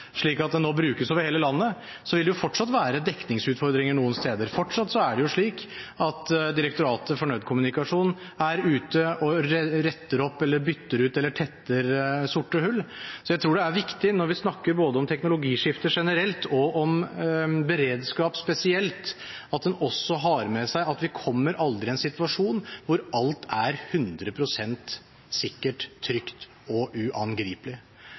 det fortsatt være dekningsutfordringer noen steder. Fortsatt er det slik at Direktoratet for nødkommunikasjon er ute og retter opp, bytter ut eller tetter sorte hull. Så jeg tror det er viktig når vi snakker om både teknologiskifter generelt og beredskap spesielt, at en også har med seg at vi aldri kommer i en situasjon hvor alt er 100 pst. sikkert, trygt og uangripelig.